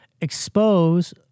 expose